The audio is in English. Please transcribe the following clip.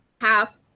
half